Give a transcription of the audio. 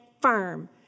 firm